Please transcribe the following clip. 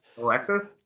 Alexis